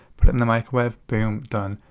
put it in the microwave, boom, done.